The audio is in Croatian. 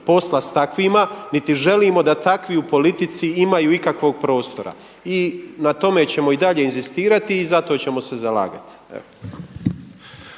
posla sa takvima niti želimo da takvi u politici imaju ikakvog prostora. I na tome ćemo i dalje inzistirati i za to ćemo se zalagati.